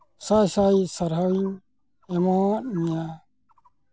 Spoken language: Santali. ᱥᱟᱭ ᱥᱟᱭ ᱥᱟᱨᱦᱟᱣᱤᱧ ᱮᱢᱟᱣᱟᱫ ᱢᱮᱭᱟ